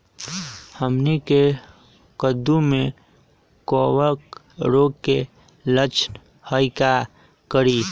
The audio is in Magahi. हमनी के कददु में कवक रोग के लक्षण हई का करी?